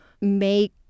make